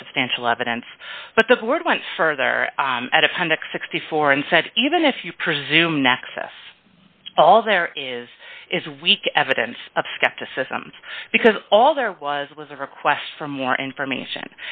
by substantial evidence but the board went further at appendix sixty four dollars and said even if you presume nexus all there is is weak evidence of skepticism because all there was was a request for more information